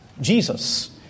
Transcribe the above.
Jesus